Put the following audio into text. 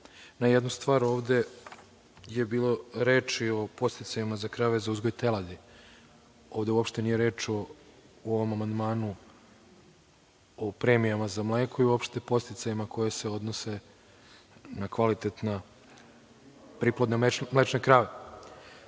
na jednu stvar. Ovde je bilo reči o podsticajima za krave za uzgoj teladi. Ovde uopšte nije reč o ovom amandmanu o premijama za mleko, i uopšte podsticajima koji se odnose na kvalitetne priplodne mlečne